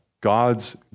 God's